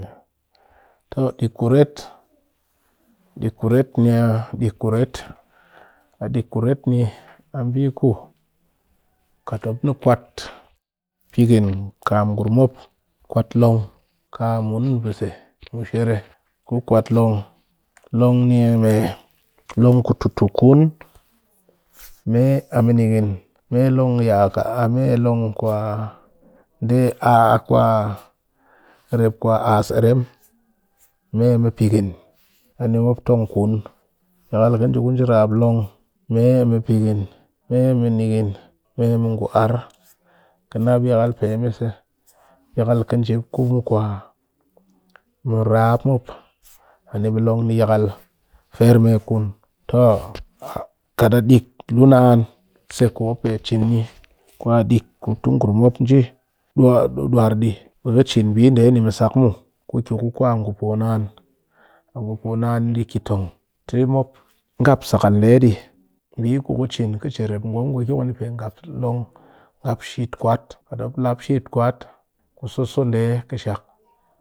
Dick ku kuret ni ya dick kuret, kat dick kuret ni mbi ku kat mop ni kwat pikin kam ngurum mop kwat long, ka mun bise e mushere ku kwat long long niya mee long ku tutu kun, me a mɨ nikin, me long kwa rep ass erem me mɨ pikin ani mop tong kun yakal ki nje ku njirap long mee a mɨ pikin mee a mɨ nikin me mɨ pikin me mɨ ngu ar ki na yakal peme se yakal ka nji ku mu merap mop ani long ni yakal firmikun to, kat a dick luu naan se ku mop pe cin ni kwa dick ku tu ngurum mop nji dure dɨ ɓe ka cin bɨ nde misak muw ku kɨ ku ngu poo naan a ngu poo naan ni dɨ ki tong te mo ngap sakal nde di mbi ku cin chet rep ngowm pe sit kwat, kat mop lap sit kwat ku soso nde kɨshak.